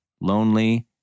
lonely